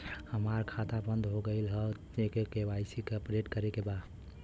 हमार खाता बंद हो गईल ह के.वाइ.सी अपडेट करे के बा?